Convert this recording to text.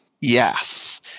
Yes